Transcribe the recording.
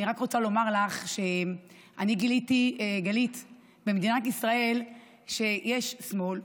אני רק רוצה לומר לך שאני גיליתי במדינת ישראל שיש שמאל,